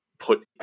Put